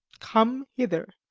come hither.